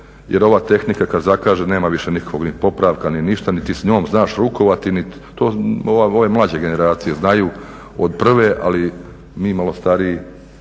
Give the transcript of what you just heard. Jer ova tehnika kad zakaže nema više nikakvog ni popravka ni ništa niti s njom znaš rukovati. To ove mlađe generacije znaju od prve, ali mi malo stariji